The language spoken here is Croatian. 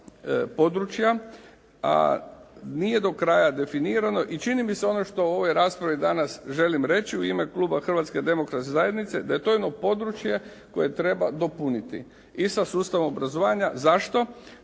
a nije do kraja definirano. I čini mi se ono što u ovoj raspravi danas želim reći u ime kluba Hrvatske demokratske zajednice da je to jedno područje koje treba dopuniti i sa sustavom obrazovanja. Zašto?